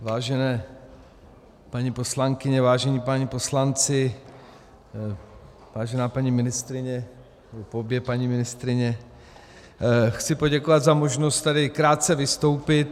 Vážené paní poslankyně, vážení páni poslanci, vážená paní ministryně, obě paní ministryně, chci poděkovat za možnost tady krátce vystoupit.